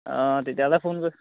অঁ তেতিয়াহ'লে ফোন কৰ